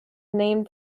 named